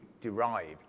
derived